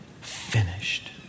finished